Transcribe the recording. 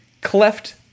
Cleft